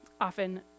often